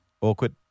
Awkward